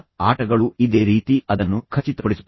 ಈಗ ಆಟಗಳು ಇದೆ ರೀತಿ ಅದನ್ನು ಖಚಿತಪಡಿಸುತ್ತವೆ